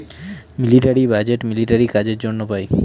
military budget military কাজের জন্য পাই